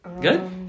Good